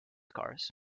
cars